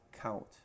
count